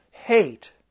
hate